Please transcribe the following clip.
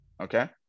Okay